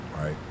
right